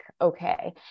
okay